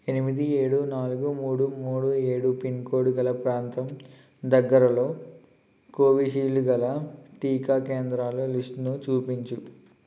ఎనిమిది ఏడు నాలుగు మూడు మూడు ఏడు పిన్కోడ్ గల ప్రాంతం దగ్గరలో కోవీషీల్డ్ గల టీకా కేంద్రాల లిస్ట్ను చూపించు